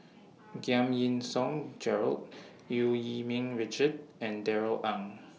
Giam Yean Song Gerald EU Yee Ming Richard and Darrell Ang